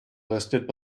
listed